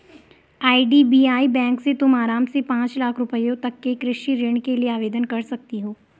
IDBI bank से तुम आराम से पाँच लाख रुपयों तक के कृषि ऋण के लिए आवेदन कर सकती हो